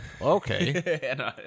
Okay